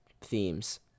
themes